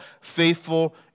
Faithful